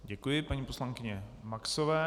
Děkuji paní poslankyni Maxové.